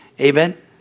Amen